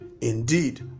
Indeed